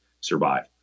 survive